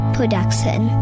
Production